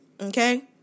okay